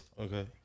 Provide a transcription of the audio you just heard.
Okay